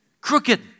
Crooked